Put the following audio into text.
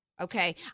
Okay